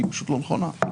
היא פשוט לא נכונה.